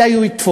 אולי הוא יתפוס.